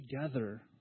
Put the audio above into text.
together